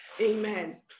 amen